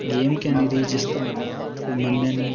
game गै निं रेही जिसदा कोई मन्ने निं